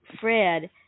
fred